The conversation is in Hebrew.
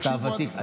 תקשיבו עד הסוף.